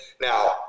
Now